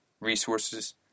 resources